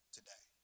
today